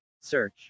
search